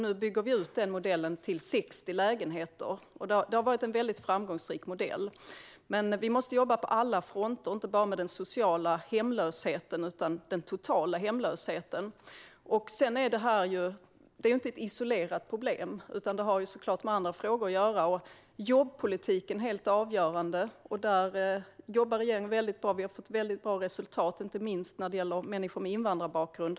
Nu bygger vi ut den modellen till 60 lägenheter. Det har varit en väldigt framgångsrik modell. Men vi måste jobba på alla fronter - inte bara med den sociala hemlösheten utan med den totala hemlösheten. Sedan är det här inte ett isolerat problem, utan det har såklart med andra frågor att göra. Jobbpolitiken är helt avgörande. Där jobbar regeringen väldigt bra. Vi har fått väldigt bra resultat, inte minst när det gäller människor med invandrarbakgrund.